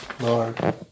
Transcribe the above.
Lord